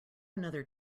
another